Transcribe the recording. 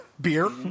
Beer